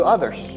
others